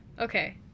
okay